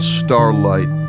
starlight